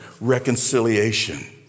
reconciliation